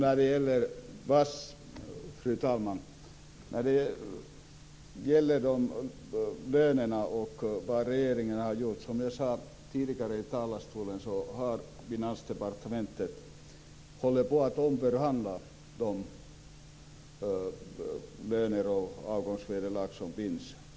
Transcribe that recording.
Fru talman! När det gäller vad regeringen har gjort beträffande lönerna är det, som jag tidigare nämnde från talarstolen, så att Finansdepartementet håller på att omförhandla de löner och avgångsvederlag som finns.